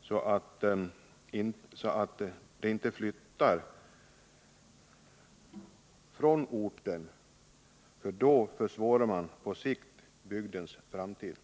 så att de inte flyttar från orten, för då försvårar man på sikt bygdens framtid.